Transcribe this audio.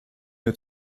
日本